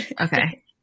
Okay